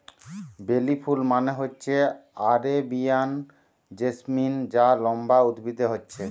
বেলি ফুল মানে হচ্ছে আরেবিয়ান জেসমিন যা লম্বা উদ্ভিদে হচ্ছে